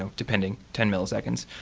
ah depending, ten milliseconds.